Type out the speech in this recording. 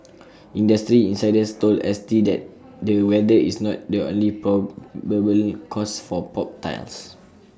industry insiders told S T that the weather is not the only probably cause for popped tiles